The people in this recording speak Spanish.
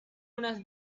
unas